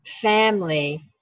family